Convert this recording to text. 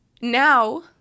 Now